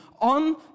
on